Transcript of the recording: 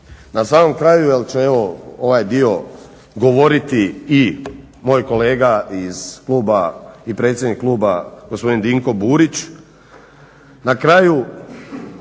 Na samom kraju jel će ovaj dio govoriti i moj kolega iz kluba i predsjednik kluba gospodin Dinko Burić,